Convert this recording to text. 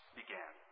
began